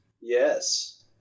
Yes